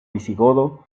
visigodo